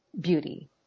beauty